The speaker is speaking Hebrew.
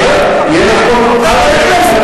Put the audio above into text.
יש פה טרוריסטים